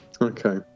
Okay